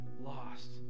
lost